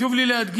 חשוב לי להדגיש